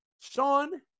Sean